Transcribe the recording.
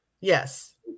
Yes